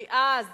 כי אז